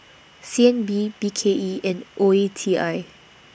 C N B B K E and O E T I